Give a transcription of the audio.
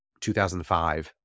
2005